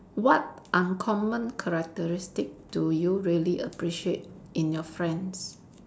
what uncommon characteristics do you really appreciate in your friends